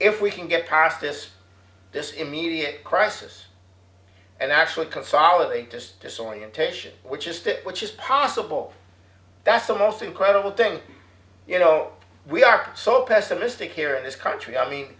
if we can get past this this immediate crisis and actually consolidators disorientation which is that which is possible that's the most incredible thing you know we are so pessimistic here in this country i me